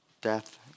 Death